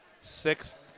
sixth